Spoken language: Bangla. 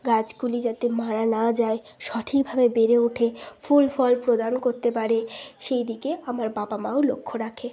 গাছগুলি যাতে মারা না যায় সঠিকভাবে বেড়ে ওঠে ফুল ফল প্রদান করতে পারে সেই দিকে আমার বাবা মাও লক্ষ্য রাখে